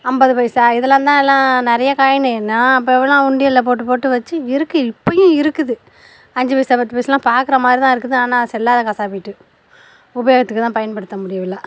ஐம்பது பைசா இதெல்லாம்தான் எல்லாம் நிறையா காயினு நான் அப்போயெல்லாம் உண்டியலில் போட்டுப்போட்டு வச்சு இருக்குது இப்போயும் இருக்குது அஞ்சுபைசா பத்துபைசால்லாம் பார்க்குறாமாதிரிதான் இருக்குது ஆனால் செல்லாத காசாக போயிட்டுது உபயோகத்துக்குதான் பயன்படுத்த முடியவில்லை